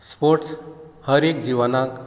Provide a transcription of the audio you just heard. sports हर एक जिवनाक